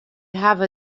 hawwe